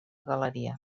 galeria